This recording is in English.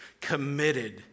committed